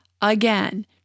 again